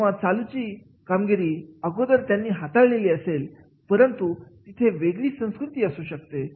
किंवा चालू ची कामगिरी अगोदर त्यांनी हाताळलेले असेल परंतु तिथे वेगळी संस्कृती असू शकते